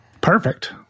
Perfect